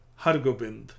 Hargobind